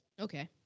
okay